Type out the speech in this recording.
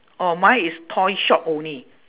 oh mine is toy shop only